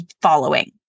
Following